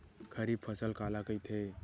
खरीफ फसल काला कहिथे?